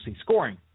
scoring